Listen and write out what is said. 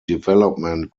development